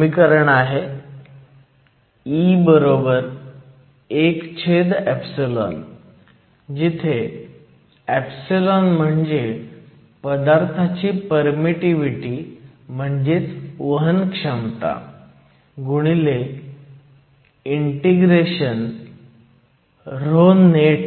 समीकरण आहे E 1 जिथे म्हणजे पदार्थाची परमिटीव्हीटी म्हणजेच वहनक्षमता गुणिले इंटेग्रेशन ρnet